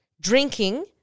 Drinking